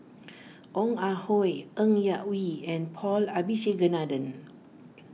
Ong Ah Hoi Ng Yak Whee and Paul Abisheganaden